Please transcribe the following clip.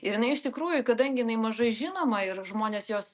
ir jinai iš tikrųjų kadangi jinai mažai žinoma ir žmonės jos